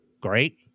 great